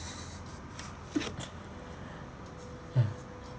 ya